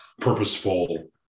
purposeful